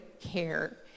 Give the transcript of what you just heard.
care